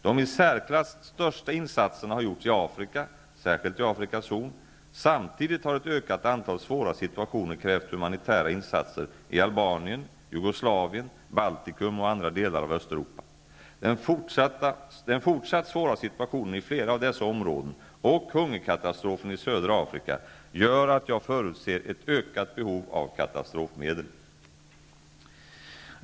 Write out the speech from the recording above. De i särklass största insatserna har gjorts i Afrika, särskilt i Afrikas horn. Samtidigt har ett ökat antal svåra situationer krävt humanitära insatser i Albanien, Jugoslavien, Baltikum och andra delar av Östeuropa. Den fortsatt svåra situationen i flera av dessa områden och hungerkatastrofen i södra Afrika gör att jag förutser ett ökat behov av katastrofmedel.